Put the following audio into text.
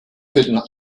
couldn’t